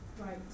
Right